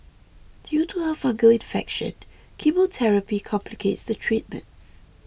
due to her fungal infection chemotherapy complicates the treatments